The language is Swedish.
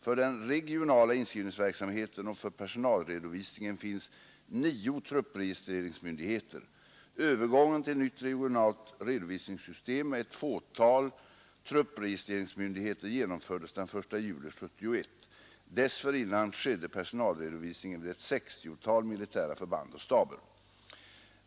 För den regionala inskrivningsverksamheten och för personalredovisningen finns nio truppregistreringsmyndigheter. Övergången till nytt regionalt redovisningssystem med ett fåtal truppregistreringsmyndigheter genomfördes den 1 juli 1971. Dessförinnan skedde personalredovisningen vid ett 60-tal militära förband och staber.